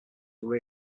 were